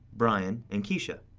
brian, and keesha.